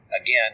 Again